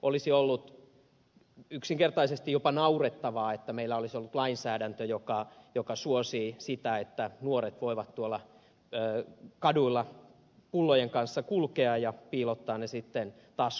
olisi ollut yksinkertaisesti jopa naurettavaa että meillä olisi ollut lainsäädäntö joka suosii sitä että nuoret voivat tuolla kaduilla pullojen kanssa kulkea ja piilottaa ne sitten taskuihin